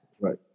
Right